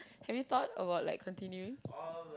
have you thought about like continuing